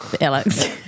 Alex